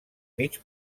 mig